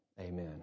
amen